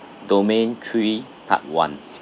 domain three part one